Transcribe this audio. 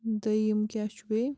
دوٚیِم کیٛاہ چھُ بیٚیہِ